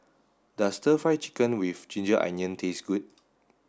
does stir fried chicken with ginger onion taste good